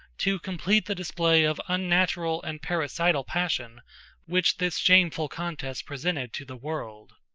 to complete the display of unnatural and parricidal passion which this shameful contest presented to the world.